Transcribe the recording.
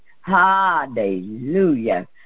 Hallelujah